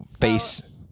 face